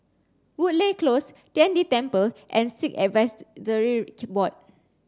Woodleigh Close Tian De Temple and Sikh Board